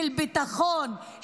של ביטחון,